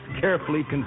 carefully